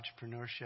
entrepreneurship